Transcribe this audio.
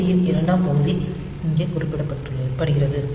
else பகுதியின் இரண்டாம் பகுதி இங்கே குறியிடப்படுகிறது